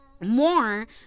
more